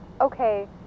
Okay